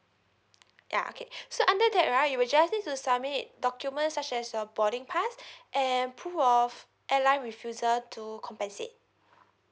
ya okay so under that right you will just need to submit documents such as your boarding pass and proof of airline refusal to compensate